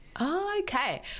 okay